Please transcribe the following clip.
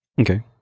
Okay